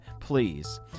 please